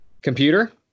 Computer